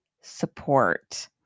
support